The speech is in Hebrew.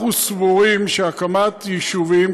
אנחנו סבורים שהקמת יישובים,